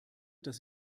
dass